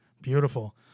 Beautiful